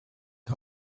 die